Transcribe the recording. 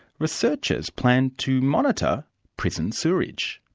researchers plan to monitor prison sewerage.